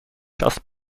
just